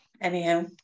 anyhow